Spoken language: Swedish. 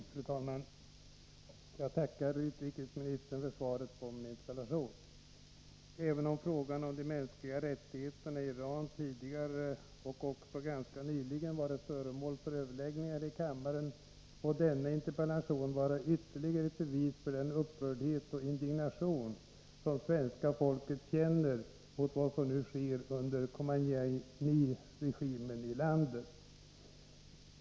Fru talman! Jag tackar utrikesministern för svaret på min interpellation. Även om frågan om de mänskliga rättigheterna i Iran tidigare och också ganska nyligen varit föremål för överläggningar här i kammaren må denna interpellation vara ytterligare ett bevis för den upprördhet och indignation som svenska folket känner inför vad som nu sker under Khomeiniregimen i landet.